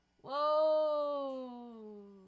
Whoa